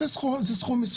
זה סכום מסוים.